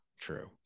true